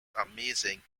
amazing